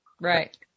right